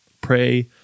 pray